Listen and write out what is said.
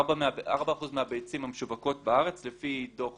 על ארבעה אחוזים מהביצים המשווקות בארץ, לפי דוח